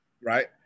right